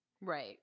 Right